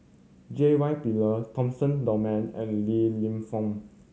J Y Pillay Dunman and Li Lienfung